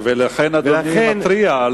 לכן אדוני מתריע.